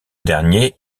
dernier